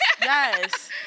Yes